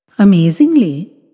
Amazingly